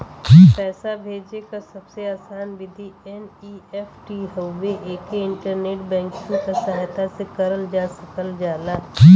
पैसा भेजे क सबसे आसान विधि एन.ई.एफ.टी हउवे एके इंटरनेट बैंकिंग क सहायता से करल जा सकल जाला